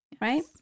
right